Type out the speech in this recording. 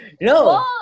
No